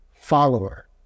follower